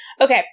Okay